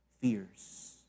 fears